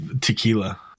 Tequila